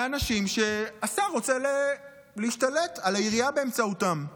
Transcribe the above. לאנשים שהשר רוצה להשתלט על העירייה באמצעותם.